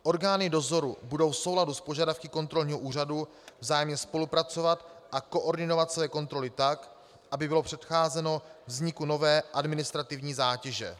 Orgány dozoru budou v souladu s požadavky kontrolního úřadu vzájemně spolupracovat a koordinovat své kontroly tak, aby bylo předcházeno vzniku nové administrativní zátěže.